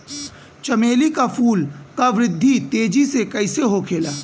चमेली क फूल क वृद्धि तेजी से कईसे होखेला?